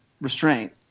restraint